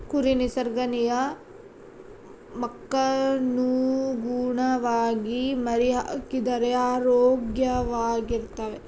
ಕುರಿ ನಿಸರ್ಗ ನಿಯಮಕ್ಕನುಗುಣವಾಗಿ ಮರಿಹಾಕಿದರೆ ಆರೋಗ್ಯವಾಗಿರ್ತವೆ